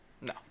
No